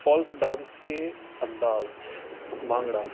folk dance کے انداز بانگڑا